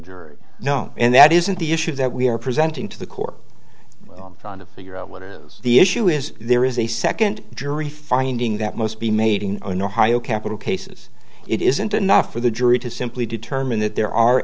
jury no and that isn't the issue that we are presenting to the core i'm trying to figure out what the issue is there is a second jury finding that most be made in ohio capital cases it isn't enough for the jury to simply determine that there are